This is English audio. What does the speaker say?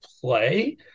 play